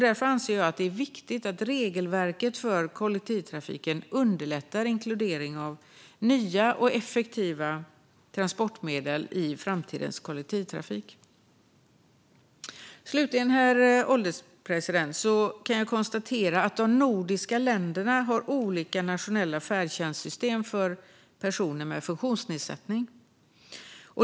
Därför anser jag också att det är viktigt att regelverken för kollektivtrafiken underlättar inkludering av nya och effektiva transportmedel i framtidens kollektivtrafik. Herr ålderspresident! Slutligen kan jag konstatera att de nordiska länderna har olika nationella färdtjänstsystem för personer med funktionsnedsättning.